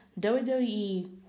WWE